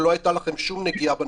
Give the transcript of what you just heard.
ולא הייתה לכם שום נגיעה בנושא.